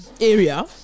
area